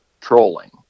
trolling